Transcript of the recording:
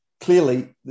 clearly